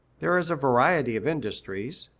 there is a variety of industries,